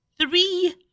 three